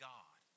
God